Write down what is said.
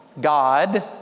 God